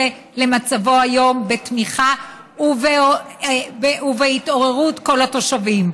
למצבו היום בתמיכה והתעוררות כל התושבים,